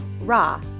raw